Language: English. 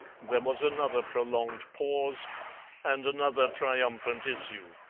there was another prolonged pause and another triumphant issue.